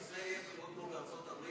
שבישראל יהיו בחירות כמו בארצות-הברית,